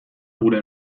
gure